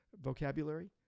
vocabulary